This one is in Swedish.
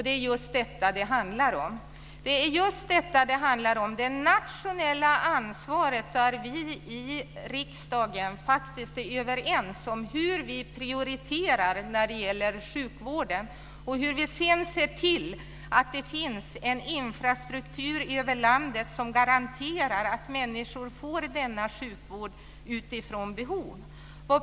Det är just detta det handlar om, nämligen det nationella ansvaret där vi i riksdagen faktiskt är överens om hur vi prioriterar när det gäller sjukvården och sedan ser till att det finns en infrastruktur över landet som garanterar att människor får denna sjukvård utifrån behov.